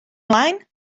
mlaen